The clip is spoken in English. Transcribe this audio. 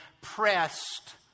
pressed